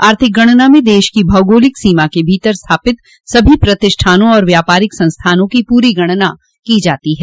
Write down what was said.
आर्थिक गणना में देश की भौगोलिक सीमा के भीतर स्थापित सभी प्रतिष्ठानों और व्यापारिक संस्थानों की पूरी गणना की जाती है